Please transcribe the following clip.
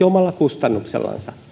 omalla kustannuksellansa